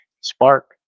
spark